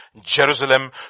Jerusalem